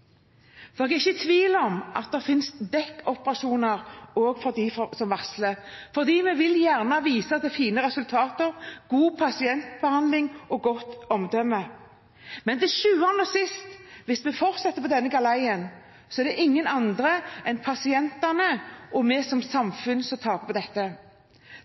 det gjelder varsling. Jeg er ikke i tvil om at det finnes dekkoperasjoner også for dem som varsler, for man vil gjerne vise til fine resultater, god pasientbehandling og godt omdømme. Men til syvende og sist, hvis vi fortsetter på denne galeien, så er det ingen andre enn pasientene og vi som samfunn som taper på dette.